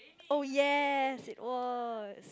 oh yes it was